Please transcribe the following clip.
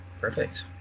perfect